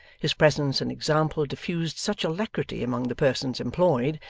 his presence and example diffused such alacrity among the persons employed,